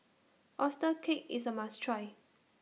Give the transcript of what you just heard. Oyster Cake IS A must Try